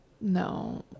No